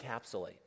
encapsulate